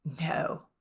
No